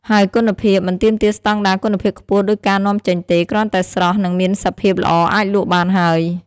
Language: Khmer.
ហើយគុណភាព មិនទាមទារស្តង់ដារគុណភាពខ្ពស់ដូចការនាំចេញទេ គ្រាន់តែស្រស់ និងមានសភាពល្អអាចលក់បានហើយ។